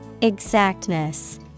Exactness